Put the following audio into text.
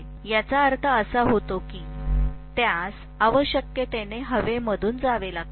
तर याचा अर्थ असा होतो की त्यास आवश्यकतेने हवेमधून जावे लागते